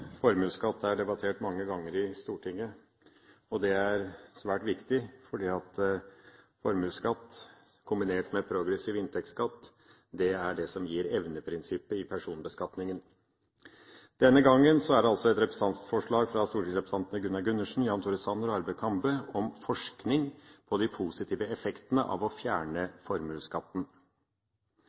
Formuesskatt er debattert mange ganger i Stortinget. Det er svært viktig, fordi formuesskatt kombinert med progressiv inntektsskatt er det som gir evneprinsippet i personbeskatningen. Denne gangen er det altså et representantforslag fra stortingsrepresentantene Gunnar Gundersen, Jan Tore Sanner og Arve Kambe om forskning på de positive effektene av å fjerne formuesskatten.